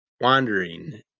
wandering